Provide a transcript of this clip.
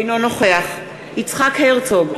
אינו נוכח יצחק הרצוג,